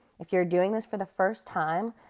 if you're doing this for the first time,